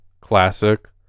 classic